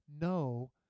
no